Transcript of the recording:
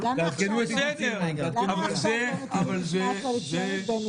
למה להסתמך על האופוזיציה?